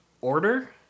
order